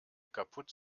kaputt